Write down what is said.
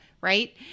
right